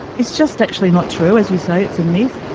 it's just actually not true, as you say, it's a myth.